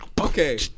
Okay